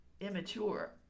immature